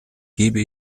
gebe